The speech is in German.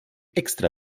extra